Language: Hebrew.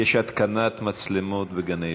יש התקנת מצלמות בגני ילדים,